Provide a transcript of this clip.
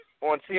on